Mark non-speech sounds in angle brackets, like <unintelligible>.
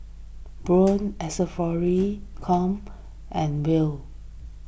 Braun <unintelligible> com and Will